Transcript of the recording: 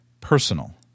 personal